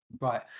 right